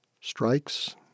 Strikes